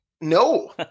no